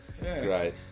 Great